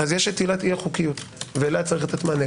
יש עילת אי החקריות ולה יש לתת מענה.